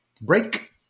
break